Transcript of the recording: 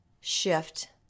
shift